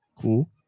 Cool